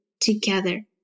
together